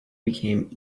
became